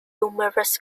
humorous